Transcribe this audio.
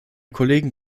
kollegen